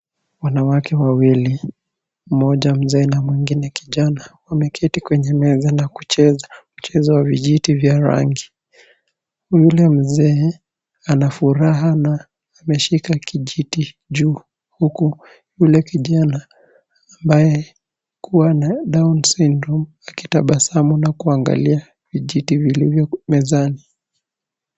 Wanawake wawili mmoja mzee na mwingine kijana, wameketi kwenye meza na kucheza mchezo wa vijiti vya rangi. Yule mzee ana furaha na ameshika kijiti juu huku yule kijana ambaye kuwa na down syndrome akitabasamu na kuangalia vijiti vilivyo mezani.